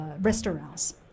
restaurants